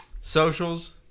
Socials